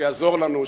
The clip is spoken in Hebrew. שיעזור לנו,